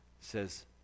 says